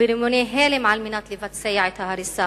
ברימוני הלם, על מנת לבצע את ההריסה.